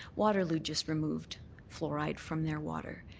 waterloo just removed fluoride from their water.